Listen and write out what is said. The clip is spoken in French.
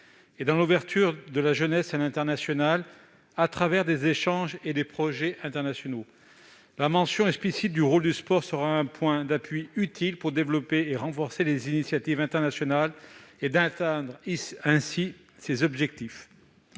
et dans l'ouverture de la jeunesse à l'international, au travers d'échanges et de projets internationaux. La mention explicite du rôle du sport sera un point d'appui utile pour développer et renforcer les initiatives internationales, ainsi que pour atteindre ces objectifs.